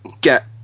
get